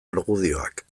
argudioak